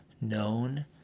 known